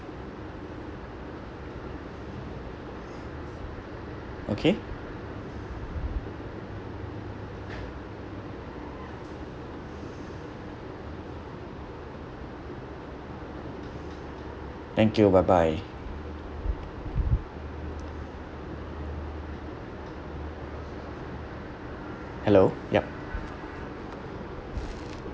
okay thank you bye bye hello yup